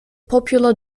popular